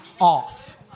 off